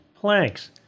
planks